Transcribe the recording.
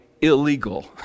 illegal